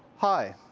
hi,